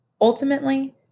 Ultimately